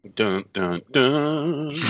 Dun-dun-dun